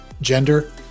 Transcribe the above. gender